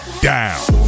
down